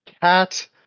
Cat